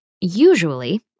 usually